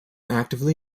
actively